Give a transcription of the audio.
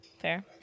Fair